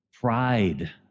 pride